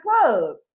club